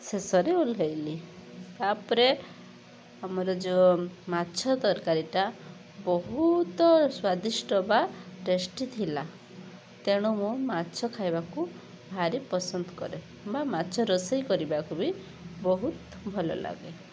ଶେଷରେ ଓହ୍ଲେଇଲି ତାପରେ ଆମର ଯେଉଁ ମାଛ ତରକାରୀଟା ବହୁତ ସ୍ୱାଦିଷ୍ଟ ବା ଟେଷ୍ଟି ଥିଲା ତେଣୁ ମୁଁ ମାଛ ଖାଇବାକୁ ଭାରି ପସନ୍ଦ କରେ ବା ମାଛ ରୋଷେଇ କରିବାକୁ ବି ବହୁତ ଭଲ ଲାଗେ